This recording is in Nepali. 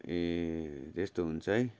अनि त्यस्तो हुन्छ है